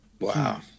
Wow